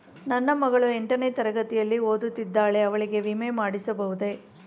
ನನ್ನ ಮಗಳು ಎಂಟನೇ ತರಗತಿಯಲ್ಲಿ ಓದುತ್ತಿದ್ದಾಳೆ ಅವಳಿಗೆ ವಿಮೆ ಮಾಡಿಸಬಹುದೇ?